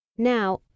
Now